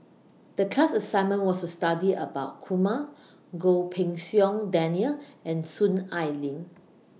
The class assignment was to study about Kumar Goh Pei Siong Daniel and Soon Ai Ling